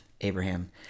Abraham